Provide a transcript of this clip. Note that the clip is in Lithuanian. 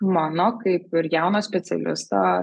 mano kaip ir jauno specialisto